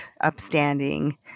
upstanding